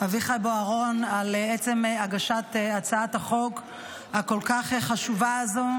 אביחי בוארון על עצם הגשת הצעת החוק הכל-כך חשובה הזו,